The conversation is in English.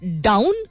down